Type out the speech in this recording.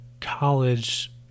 college